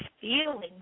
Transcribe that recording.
feelings